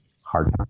hard